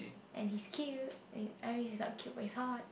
and he's cute and I mean he is not cute but is hot